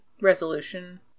Resolution